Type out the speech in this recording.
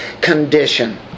condition